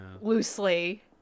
loosely